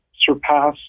surpass